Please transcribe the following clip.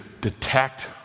detect